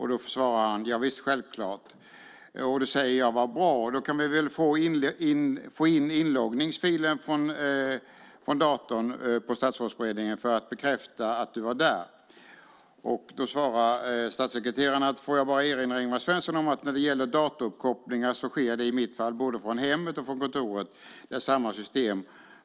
Han svarade: Javisst, självklart. Jag sade: Vad bra. Då kan vi väl få in inloggningsfilen från datorn på Statsrådsberedningen för att få bekräftat att du var där. Då svarade statssekreteraren: Får jag bara erinra Ingvar Svensson om att när det gäller datauppkopplingar sker de i mitt fall både från hemmet och från kontoret. Det är samma system.